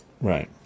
Right